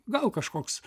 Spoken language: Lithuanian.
gal kažkoks